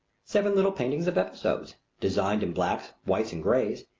seven little paintings of episodes, designed in blacks, whites, and grays,